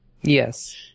Yes